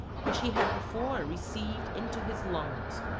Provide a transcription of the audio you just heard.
which he had before received into his lungs,